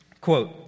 Quote